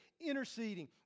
interceding